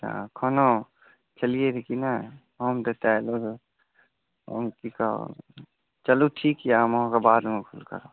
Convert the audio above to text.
खाना खेलियै रऽ कि नहि हम कतऽ एलहुँ रऽ हम की कहब चलूँ ठीक यऽ हम अहाँकेँ बादमे फोन करब